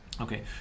Okay